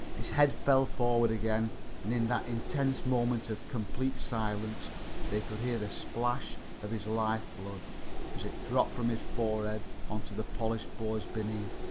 his head fell forward again and in that intense moment of complete silence they could hear the splash of his life-blood as it dropped from his forehead on to the polished boards beneath